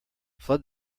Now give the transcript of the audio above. flood